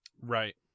Right